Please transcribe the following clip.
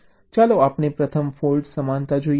ચાલો આપણે પ્રથમ ફૉલ્ટ સમાનતા જોઈએ